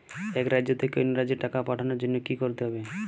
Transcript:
এক রাজ্য থেকে অন্য রাজ্যে টাকা পাঠানোর জন্য কী করতে হবে?